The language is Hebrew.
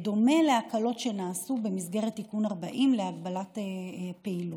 בדומה להקלות שנעשו במסגרת תיקון 40 להגבלת פעילות.